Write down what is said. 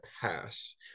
pass